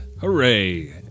Hooray